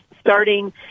starting –